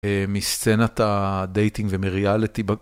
מסצנת הדייטינג ומריאליטי.